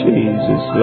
Jesus